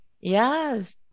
Yes